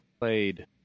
played